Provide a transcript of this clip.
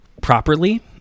properly